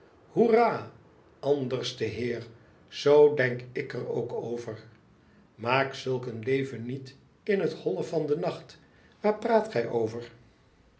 hoeraaa anderste heer zoo denk ik er ook over maak zulk een leven niet in het holle van den nacht waar praat gij over